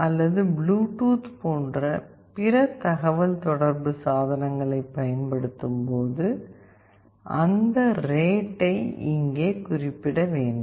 அல்லது புளூடூத் போன்ற பிற தகவல்தொடர்பு சாதனங்களை பயன்படுத்தும்போது அந்த ரேட்டை இங்கே குறிப்பிட வேண்டும்